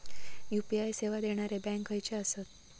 UPI सेवा देणारे bank खयचे आसत?